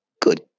Good